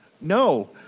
No